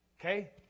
Okay